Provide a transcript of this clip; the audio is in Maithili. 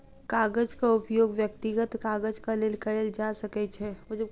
कागजक उपयोग व्यक्तिगत काजक लेल कयल जा सकै छै